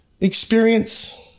experience